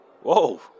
Whoa